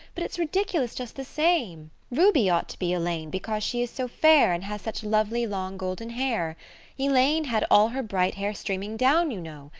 but it's ridiculous just the same. ruby ought to be elaine because she is so fair and has such lovely long golden hair elaine had all her bright hair streaming down you know.